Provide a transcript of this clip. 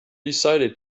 decided